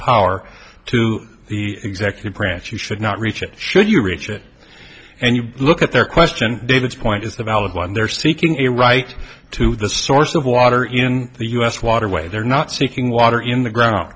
power to the executive branch you should not reach it should you reach it and you look at their question david's point is a valid one they're seeking a right to the source of water in the u s waterway they're not seeking water in the ground